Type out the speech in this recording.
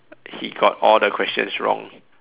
he got all the questions wrong